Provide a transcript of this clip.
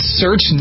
search